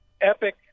epic